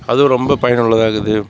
அதுவும் ரொம்ப பயனுள்ளதாகுது